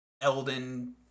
Elden